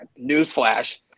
newsflash